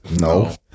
No